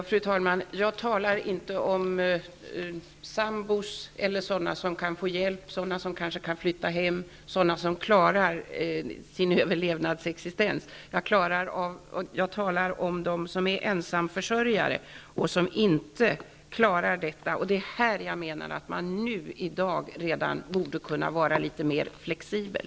Fru talman! Jag talar inte om de personer som är sambo eller kan få hjälp, de som kanske kan flytta hem -- de människor som klarar sin överlevnad. Jag talar om dem som är ensamma försörjare och som inte klarar detta. Jag menar att man i dessa fall redan i dag borde kunna vara litet mer flexibel.